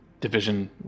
division